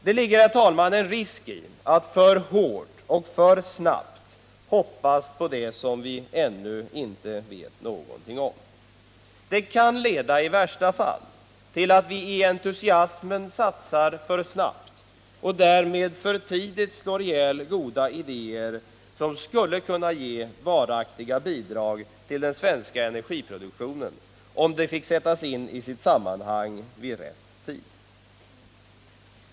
Det ligger, herr talman, en risk i att för hårt och för snabbt hoppas på det som vi ännu inte vet någonting om. Det kan i värsta fall leda till att vi i entusiasmen satsar för snabbt och därmed för tidigt slår ihjäl goda idéer som skulle kunna ge varaktiga bidrag till den svenska energiproduktionen, om de fick sättas in i sitt sammanhang vid rätt tid.